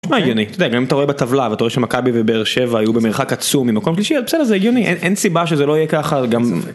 -מע הגיוני. אתה יודע, גם אם אתה רואה בטבלה, ואתה רואה שמכבי ובאר שבע היו במרחק עצום ממקום שלישי, אז בסדר, זה הגיוני. אי-אין סיבה שזה לא יהיה ככה, גם...